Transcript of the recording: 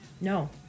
No